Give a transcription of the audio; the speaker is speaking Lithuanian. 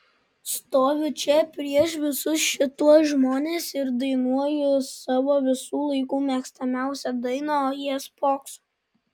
stoviu čia prieš visus šituos žmones ir dainuoju savo visų laikų mėgstamiausią dainą o jie spokso